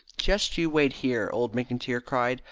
just you wait here, old mcintyre cried,